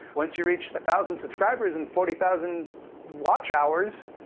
once you reach a thousand subscribers and forty thousand watch hours,